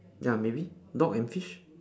ya maybe dog and fish